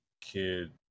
kid